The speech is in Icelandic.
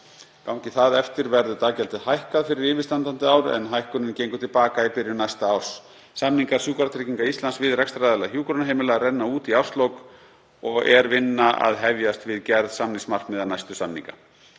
Gangi það eftir verður daggjaldið hækkað fyrir yfirstandandi ár en hækkunin gengur til baka í byrjun næsta árs. Samningar Sjúkratrygginga Íslands við rekstraraðila hjúkrunarheimila renna út í árslok og er vinna að hefjast við gerð samningsmarkmiða næstu samninga.